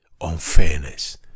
unfairness